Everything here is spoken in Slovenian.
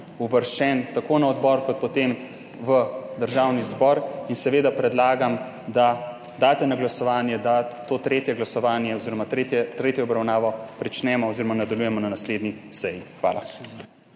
uvrščen tako na odbor kot potem na državni zbor. Seveda predlagam, da daste na glasovanje, da to tretjo obravnavo začnemo oziroma nadaljujemo na naslednji seji. Hvala.